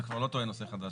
אתה כבר לא טוען לנושא חדש,